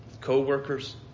co-workers